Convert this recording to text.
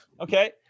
okay